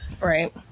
right